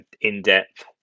in-depth